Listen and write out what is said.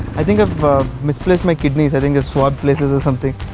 i think i've misplaced my kidneys, having to swap places or something!